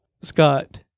Scott